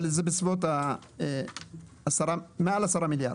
מדובר על מעל 10 מיליארד